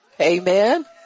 Amen